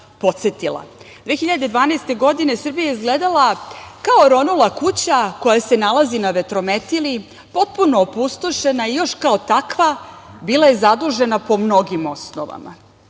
podsetila. Godine 2012. Srbija je izgledala kao oronula kuća koja se nalazi na vetrometini, potpuno opustošena. Još kao takva, bila je zadužena po mnogim osnovama